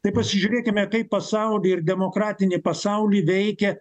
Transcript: tai pasižiūrėkime kaip pasaulį ir demokratinį pasaulį veikia